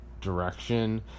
direction